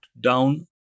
down